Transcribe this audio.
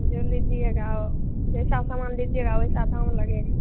जो लीजिएगा वह जैसा सामान लीजिएगा वैसा दाम लगेगा